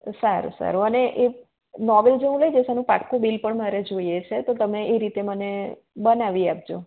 સારું સારું અને એ નોવેલ જે હું લઇ જઇશ એનું પાક્કું બિલ પણ મારે જોઈએ છે તો તમે એ રીતે મને બનાવી આપજો